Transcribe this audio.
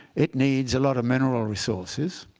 it needs a lot of mineral resources.